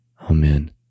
Amen